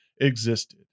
existed